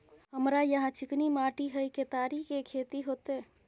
हमरा यहाँ चिकनी माटी हय केतारी के खेती होते?